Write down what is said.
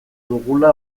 dugula